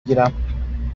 گیرم